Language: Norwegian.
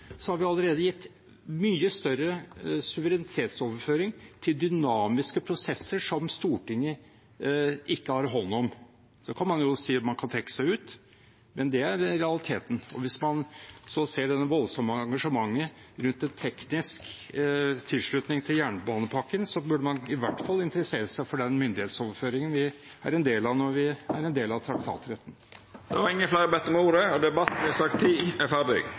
har vi allerede gitt mye større suverenitetsoverføring til dynamiske prosesser som Stortinget ikke har hånd om. Så kan man si at man kan trekke seg ut, men det er realiteten. Hvis man så ser det voldsomme engasjementet rundt en teknisk tilslutning til jernbanepakken, burde man i hvert fall interessere seg for den myndighetsoverføring vi er en del av gjennom traktatretten. Fleire har ikkje bedt om ordet til sak nr. 10. Etter ønske frå næringskomiteen vil presidenten ordna debatten